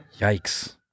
Yikes